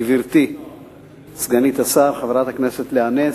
גברתי סגנית השר, חברת הכנסת לאה נס,